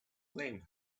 blame